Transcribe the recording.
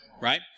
right